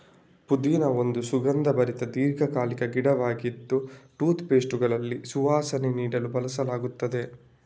ಪುದೀನಾ ಒಂದು ಸುಗಂಧಭರಿತ ದೀರ್ಘಕಾಲಿಕ ಗಿಡವಾಗಿದ್ದು ಟೂತ್ ಪೇಸ್ಟುಗಳಿಗೆ ಸುವಾಸನೆ ನೀಡಲು ಬಳಸಲಾಗ್ತದೆ